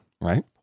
right